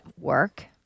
work